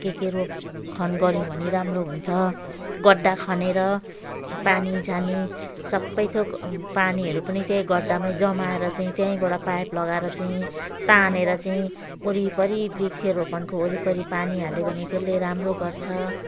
के के रोप खन गर्यौँ भने राम्रो हुन्छ गड्डा खनेर पानी जाने सबै थोक पानीहरू पनि त्यही गड्डामै जमाएर चाहिँ त्यहीँबाट पाइप लगाएर चाहिँ तानेर चाहिँ वरिपरि वृक्षरोपणको वरिपरि पानी हाल्यो भने त्यसले राम्रो गर्छ